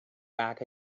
back